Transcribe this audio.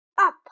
Up